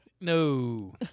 No